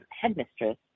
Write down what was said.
headmistress